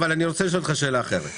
אבל אני רוצה לשאול אותך שאלה אחרת: